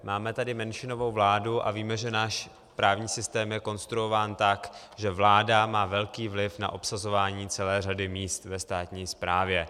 Máme tady menšinovou vládu a víme, že náš právní systém je konstruován tak, že vláda má velký vliv na obsazování celé řady míst ve státní správě.